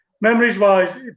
Memories-wise